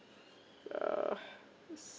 uh